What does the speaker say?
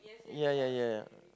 ya ya ya